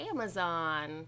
Amazon